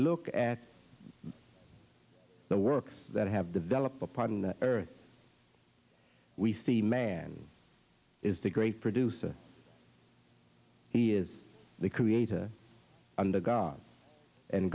look at the works that have developed a part in the earth we see man is the great producer he is the creator under god and